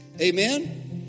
Amen